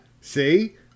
See